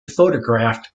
photographed